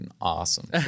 awesome